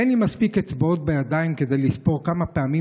"אין לי מספיק אצבעות בידיים כדי לספור כמה פעמים